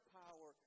power